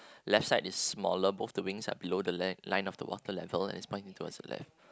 left side is smaller both the rings are below the length line of the water level as it might be towards the length